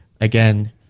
again